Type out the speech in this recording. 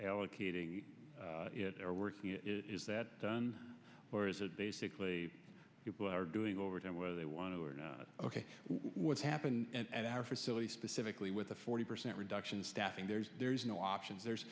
working is that done or is it basically people are doing over time whether they want to or not ok what's happened at our facility specifically with a forty percent reduction staffing there's there's no options there's